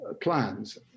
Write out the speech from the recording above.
plans